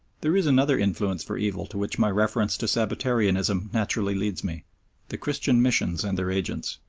there is another influence for evil to which my reference to sabbatarianism naturally leads me the christian missions and their agents.